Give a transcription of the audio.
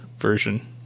version